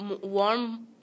warm